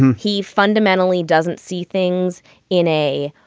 he fundamentally doesn't see things in a